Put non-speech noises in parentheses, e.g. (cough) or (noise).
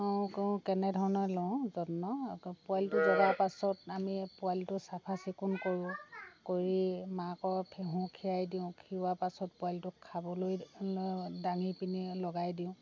(unintelligible) কেনেধৰণে লওঁ যত্ন পোৱালিটো জগাৰ পাছত আমি পোৱালিটো চাফা চিকুণ কৰোঁ কৰি মাকৰ ফেঁহু খীৰাই দিওঁ খীৰোৱা পাছত পোৱালিটোক খাবলৈ দাঙিপেনে লগাই দিওঁ